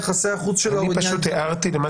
יחסי החוץ שלה או --- אני הערתי למה